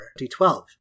D12